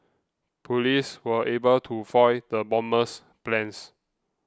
police were able to foil the bomber's plans